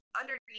underneath